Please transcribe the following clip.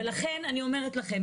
לכן אני אומרת לכם,